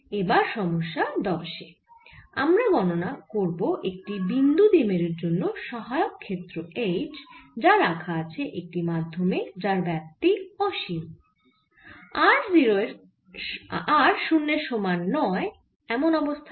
এবার সমস্যা 10 এ আমাদের গণনা করতে হবে একটি বিন্দু দ্বিমেরুর জন্য সহায়ক ক্ষেত্র H যা রাখা আছে একটি মাধ্যমে যার ব্যাপ্তি অসীম r 0 এর সমান নয় এমন অবস্থানে